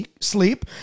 sleep